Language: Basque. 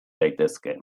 daitezke